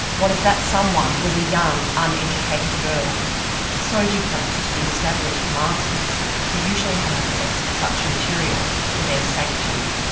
what if that someone was a young, uneducated girl, so different to the established masters who usually had access to such a material for their sanctioned,